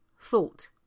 thought